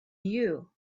you